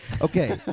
Okay